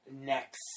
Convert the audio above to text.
next